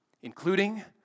including